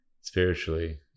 spiritually